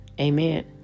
Amen